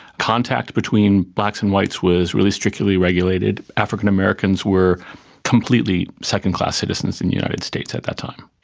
contact between blacks and whites was really strictly regulated. african americans were completely second-class citizens in the united states at that time.